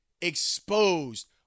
exposed